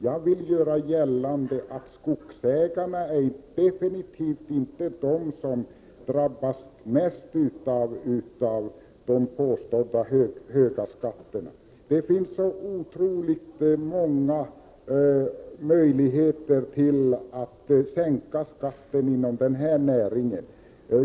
Jag vill göra gällande att skogsägarna definitivt inte är de som drabbats hårdast av de påstått höga skatterna. Inom denna näring har man otroligt många möjligheter att sänka skatten.